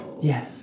Yes